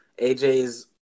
AJ's